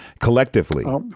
collectively